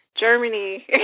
Germany